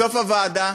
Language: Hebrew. בסוף עבודת הוועדה